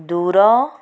ଦୂର